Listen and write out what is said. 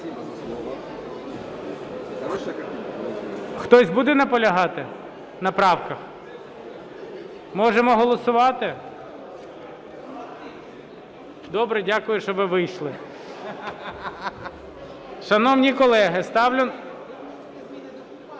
Хтось буде наполягати на правках? Можемо голосувати? Добре, дякую, що ви вийшли. Шановні колеги, ставлю...